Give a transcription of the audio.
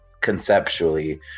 conceptually